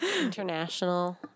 International